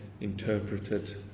interpreted